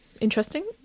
Interesting